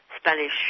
spanish